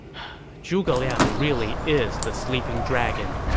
zhuge liang really is the sleeping dragon.